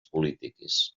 polítiques